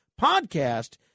podcast